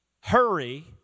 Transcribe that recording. Hurry